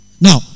Now